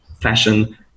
fashion